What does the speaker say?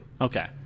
okay